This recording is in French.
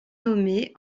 nommé